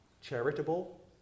charitable